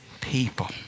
people